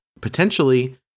potentially